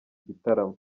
gitaramo